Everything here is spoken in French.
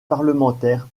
parlementaire